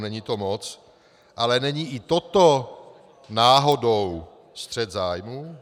Není to moc, ale není i toto náhodou střet zájmů?